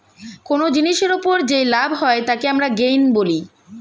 কোন জিনিসের ওপর যেই লাভ হয় তাকে আমরা গেইন বলি